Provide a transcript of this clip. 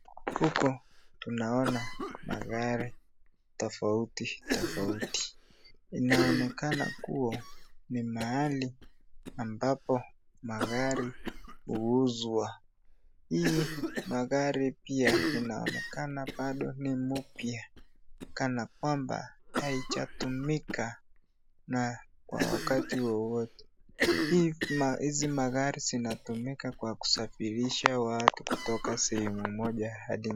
Huku tunaona magari tofauti tofauti .Inaonekana kuwa mahali ambapo magari huuzwa. Hii magari inaonekana kuwa bado ni mpya kanakwamba haijatumika na kwa wakati wowote. Hizi magari zinatumika kwa kusafirisha kutoka sehemu moja hadi nyingine.